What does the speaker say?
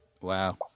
Wow